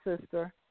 sister